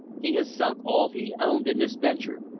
he has sunk all he owned in this venture,